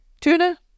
Tuna